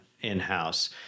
in-house